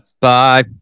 Bye